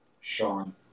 Sean